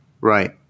Right